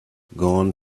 gone